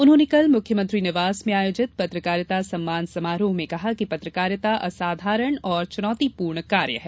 उन्होंने कल मुख्यमंत्री निवास में आयोजित पत्रकारिता सम्मान समारोह में कहा कि पत्रकारिता असाधारण और चुनौतीपूर्ण कार्य है